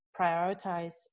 prioritize